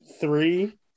three